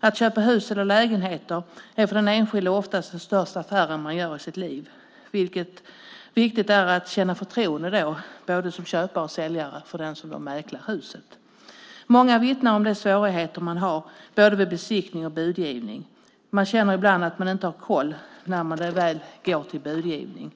Att köpa hus eller lägenhet är för den enskilde oftast den största affären man gör i sitt liv, vilket gör att det är viktigt att känna förtroende både som köpare och som säljare för den som mäklar huset eller lägenheten. Många vittnar om de svårigheter man har vid både besiktning och budgivning. Man känner ibland att man inte har koll när man väl går till budgivning.